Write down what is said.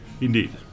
Indeed